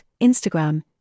Instagram